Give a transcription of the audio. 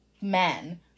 men